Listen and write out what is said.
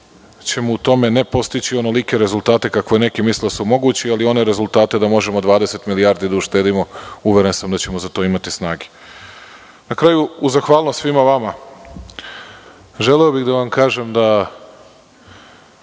ćemo u tome postići, ne tolike rezultate, kako neki misle, ali one rezultate da možemo 20 milijardi da uštedimo. Uveren sam da ćemo za to imati snage. Na kraju, uz zahvalnost svima vama, želeo bih da vam kažem da